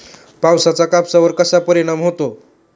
पावसाचा कापसावर कसा परिणाम होतो?